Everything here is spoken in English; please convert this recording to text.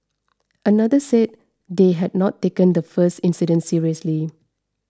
another said they had not taken the first incident seriously